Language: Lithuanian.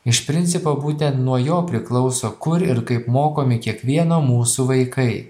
iš principo būtent nuo jo priklauso kur ir kaip mokomi kiekvieno mūsų vaikai